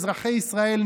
אזרחי ישראל,